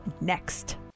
next